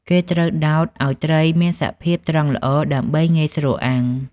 គេត្រូវដោតឲ្យត្រីមានសភាពត្រង់ល្អ ដើម្បីងាយស្រួលអាំង។